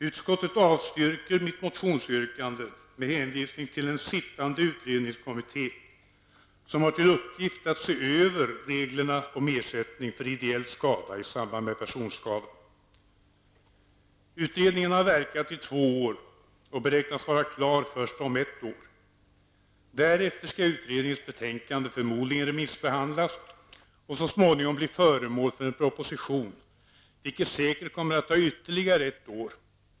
Utskottet avstyrker mitt motionsyrkande med hänvisning till en sittande utredningskommitté, som har till uppgift att se över reglerna om ersättning för idéell skada i samband med personskada. Utredningen har verkat i två år och beräknas vara klar först om ett år. Därefter skall utredningens betänkande förmodligen remissbehandlas och så småningom bli föremål för en proposition, vilket säkert kommer att ta ytterligare ett år.